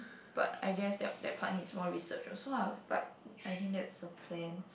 but I guess that that part needs more research also lah but I think that's a plan